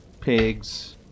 pigs